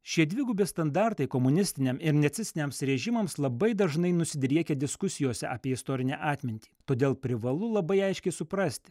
šie dvigubi standartai komunistiniam ir nacistiniams režimams labai dažnai nusidriekia diskusijose apie istorinę atmintį todėl privalu labai aiškiai suprasti